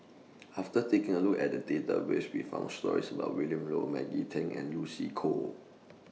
after taking A Look At The Database We found stories about Willin Low Maggie Teng and Lucy Koh